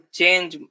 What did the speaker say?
change